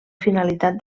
finalitat